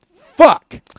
Fuck